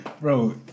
bro